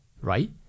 right